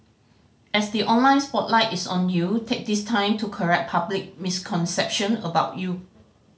as the online spotlight is on you take this time to correct public misconception about you